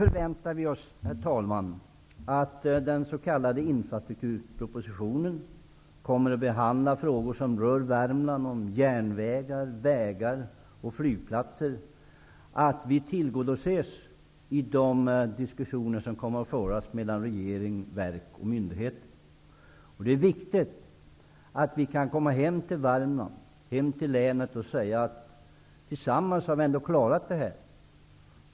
Nu väntar vi oss att den s.k. infrastrukturpropositionen kommer att behandla frågor som rör Värmland om järnvägar, vägar och flygplatser och att vi tillgodoses i de diskussioner som kommer att föras mellan regering, verk och myndigheter. Det är viktigt att vi kan komma hem till länet och säga att vi tillsammans ändå har klarat det här.